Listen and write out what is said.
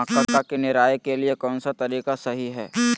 मक्का के निराई के लिए कौन सा तरीका सही है?